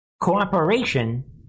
cooperation